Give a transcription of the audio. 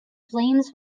flames